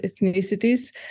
ethnicities